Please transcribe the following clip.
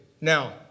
Now